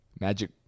magic